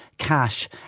cash